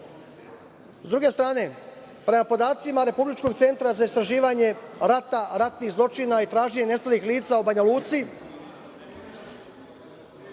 druge strane, prema podacima Republičkog centra za istraživanje rata, ratnih zločina i traženje nestalih lica u Banja Luci,